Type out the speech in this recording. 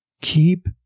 Keep